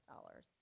dollars